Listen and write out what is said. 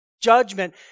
judgment